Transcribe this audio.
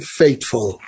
faithful